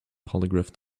polygraph